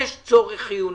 יש צורך חיוני,